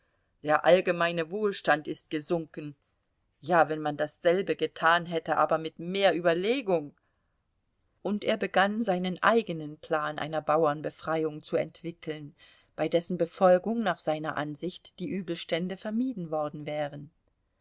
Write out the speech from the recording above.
der allgemeine wohlstand ist gesunken ja wenn man dasselbe getan hätte aber mit mehr überlegung und er begann seinen eigenen plan einer bauernbefreiung zu entwickeln bei dessen befolgung nach seiner ansicht diese übelstände vermieden worden wären